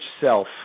self